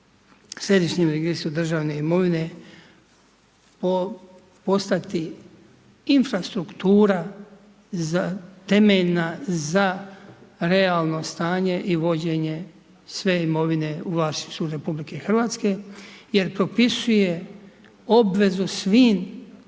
središnjem registru državne imovine postati infrastruktura temeljna za realno stanje i vođenje sve imovine u vlasništvu RH jer propisuje obvezu svim